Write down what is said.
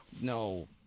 no